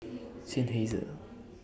Seinheiser